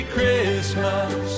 Christmas